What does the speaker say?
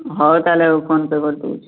ହଉ ତାହାଲେ PhonePe କରି ଦେଉଛି